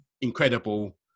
incredible